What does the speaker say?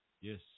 Yes